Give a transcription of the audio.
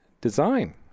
Design